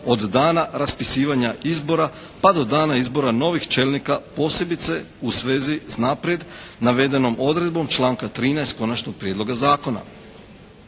od dana raspisivanja izbora pa do dana izbora novih čelnika, posebice u svezi s naprijed navedenom odredbom članka 13. Konačnog prijedloga zakona.